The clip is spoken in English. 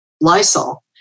Lysol